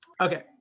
Okay